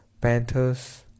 Panther's